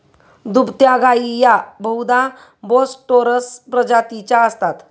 दुभत्या गायी या बहुधा बोस टोरस प्रजातीच्या असतात